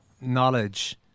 knowledge